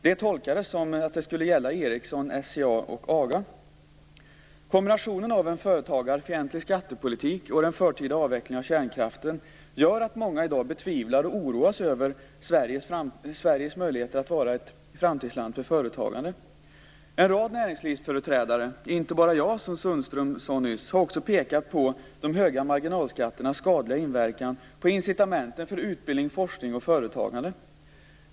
Det tolkades som att det skulle gälla Ericsson, SCA och Kombinationen av en företagarfientlig skattepolitik och den förtida avvecklingen av kärnkraften gör att många i dag betvivlar och oroas över Sveriges möjligheter att vara ett framtidsland för företagande. En rad näringslivsföreträdare, och inte bara jag som Anders Sundström nyss sade, har också pekat på de höga marginalskatternas skadliga inverkan på incitamenten för utbildning, forskning och företagande.